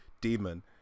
demon